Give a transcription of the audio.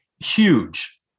Huge